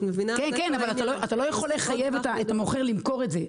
כן, אבל אתה לא יכול לחייב את המוכר למכור את זה.